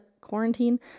quarantine